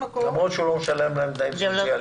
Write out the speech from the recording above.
למרות שהוא לא משלם להם תנאים סוציאליים.